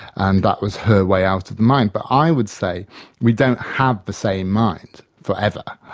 and that was her way out of the mind. but i would say we don't have the same mind forever.